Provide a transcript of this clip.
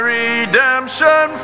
redemption